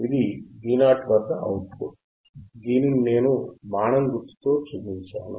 ఇది Vo వద్ద output దీనిని నేను బాణం గుర్తు తో చూపించాను